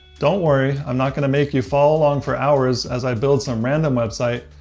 don't worry, i'm not going to make you follow along for hours as i build some random website.